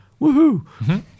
Woohoo